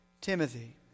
Timothy